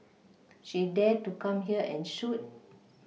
she dare to come here and shoot